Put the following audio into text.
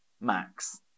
Max